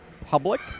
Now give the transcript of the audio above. public